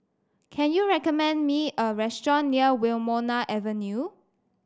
can you recommend me a restaurant near Wilmonar Avenue